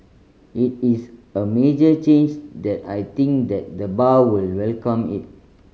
it is a major change that I think that the bar will welcome it